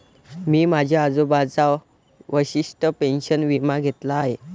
मी माझ्या आजोबांचा वशिष्ठ पेन्शन विमा घेतला आहे